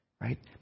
Right